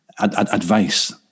advice